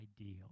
ideal